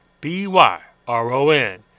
B-Y-R-O-N